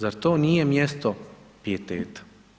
Zar to nije mjesto pijeteta?